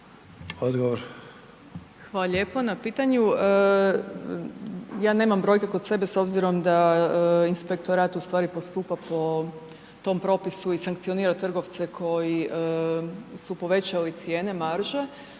Nataša** Hvala lijepo na pitanju. Ja nemam brojke kod sebe s obzirom da inspektorat ustvari postupa po tom propisu i sankcionira trgovce koji su povećali cijene marže.